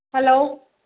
hello